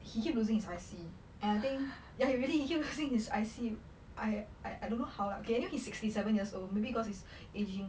he keep losing his I_C and I think ya he really keep losing his I_C I I I don't know how lah okay you know he's sixty seven years old maybe cause he's aging